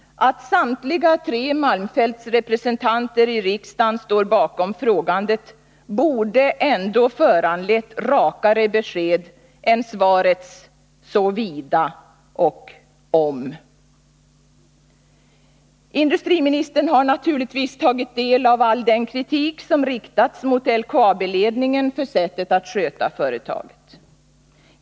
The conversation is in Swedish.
Att samtliga tre malmfältsrepresentanter i riksdagen står bakom frågandet borde ändå ha föranlett rakare besked än svarets ”såvida” och ”om”. Industriministern har naturligtvis tagit del av all den kritik som riktats mot LKAB-ledningen för sättet att sköta företaget.